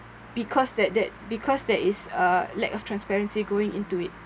because that that because there is uh lack of transparency going into it